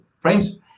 frames